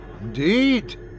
Indeed